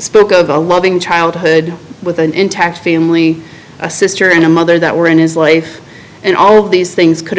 spoke of a loving childhood with an intact family a sister and a mother that were in his life and all of these things could have